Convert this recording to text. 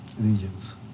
regions